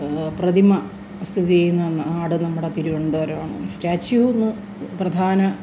പ്രതിമ സ്ഥിതിചെയ്യുന്ന നാട് നമ്മുടെ തിരുവനന്തപുരമാണ് സ്റ്റാച്യൂ എന്ന് പ്രധാന